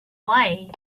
way